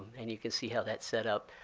and you can see how that's set up.